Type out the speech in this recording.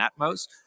Atmos